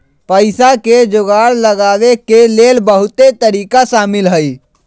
पइसा के जोगार लगाबे के लेल बहुते तरिका शामिल हइ